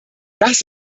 das